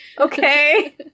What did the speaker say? Okay